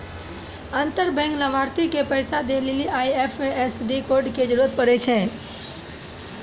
अंतर बैंक लाभार्थी के पैसा दै लेली आई.एफ.एस.सी कोड के जरूरत पड़ै छै